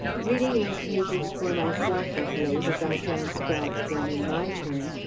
reading those pages for myself, of late, as i transcribed them in my turn,